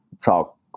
talk